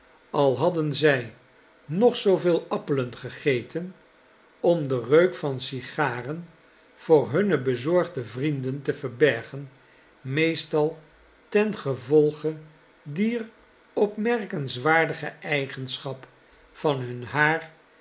al hadden zij nog zooveel appelen gegeten om de reuk van sigaren voor hunne bezorgde vrienden te verbergen meestal ten gevolge dier opmerkenswaardige eigenschap van hun haar